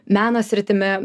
meno sritimi